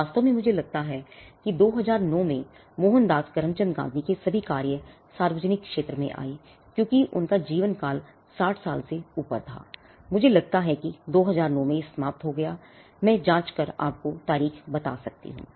वास्तव में मुझे लगता है कि 2009 में मोहनदास करमचंद गांधी के सभी कार्य सार्वजनिक क्षेत्र में आए क्योंकि उनका जीवनकाल 60 साल से ऊपर था मुझे लगता है कि 2009 में यह समाप्त हो गया है मैं जांच कर आपको तारीख बता सकती हूँ